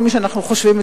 כל מי שאנחנו חושבים,